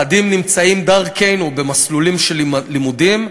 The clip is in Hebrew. אחדים נמצאים דרכנו במסלולים של לימודים.